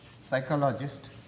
psychologist